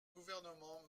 gouvernement